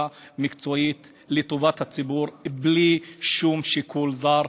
מקצועית לטובת הציבור בלי שום שיקול זר.